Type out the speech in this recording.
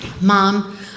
Mom